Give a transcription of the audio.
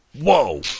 Whoa